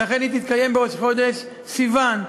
ולכן היא תתקיים בראש חודש סיוון.